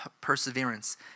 perseverance